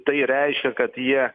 tai reiškia kad jie